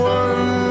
one